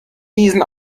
diesen